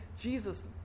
Jesus